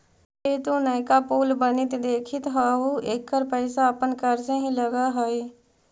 जे तु नयका पुल बनित देखित हहूँ एकर पईसा अपन कर से ही लग हई